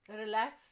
relax